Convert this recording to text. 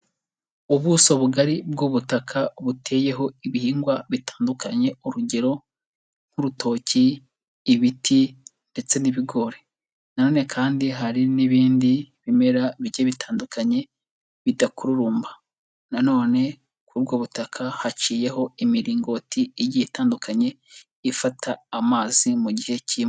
Ubuso bugari bw'ubutaka buteyeho ibihingwa bitandukanye, urugero nk'urutoki, ibiti ndetse n'ibigori nanone kandi hari n'ibindi bimera bigiye bitandukanye, bidakururumba nanone kuri ubwo butaka haciyeho imiringoti igiye itandukanye ifata amazi mu gihe k'imvura.